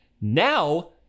Now